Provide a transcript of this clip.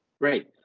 Great